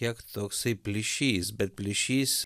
kiek toksai plyšys bet plyšys